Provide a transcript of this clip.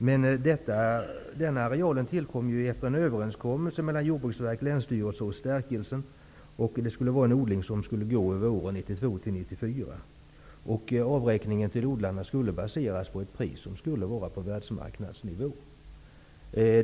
Den arealen tillkom efter en överenskommelse mellan Jordbruksverket, länsstyrelsen och Stärkelsen. Odlingen skulle ske under åren 1992--1994. Avräkningen till odlarna skulle baseras på ett pris som skulle ligga på världsmarknadsnivå.